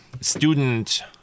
student